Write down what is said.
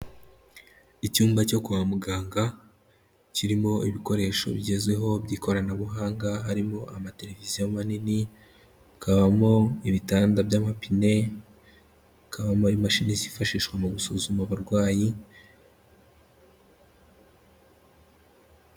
Icyumba cyo kwa muganga kirimo ibikoresho bigezweho by'ikoranabuhanga harimo amatereviziyo manini, hakabamo ibitanda by'amapine, hakabamo imashini zifashishwa mu gusuzuma abarwayi.